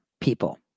people